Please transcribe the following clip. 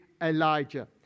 Elijah